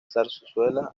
zarzuela